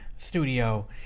studio